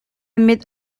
mit